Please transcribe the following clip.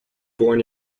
born